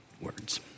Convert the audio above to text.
words